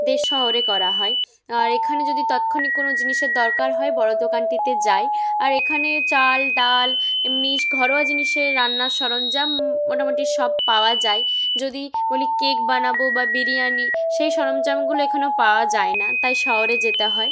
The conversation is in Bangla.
দের শহরে করা হয় আর এখানে যদি তাৎক্ষণিক কোনও জিনিসের দরকার হয় বড় দোকানটিতে যাই আর এখানে চাল ডাল এমনি ঘরোয়া জিনিসের রান্নার সরঞ্জাম মোটামুটি সব পাওয়া যায় যদি বলি কেক বানাবো বা বিরিয়ানি সেই সরঞ্জামগুলো এখানেও পাওয়া যায় না তাই শহরে যেতে হয়